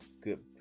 Good